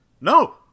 No